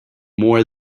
more